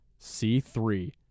C3